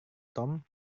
tom